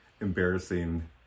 embarrassing